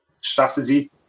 strategy